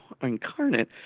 incarnate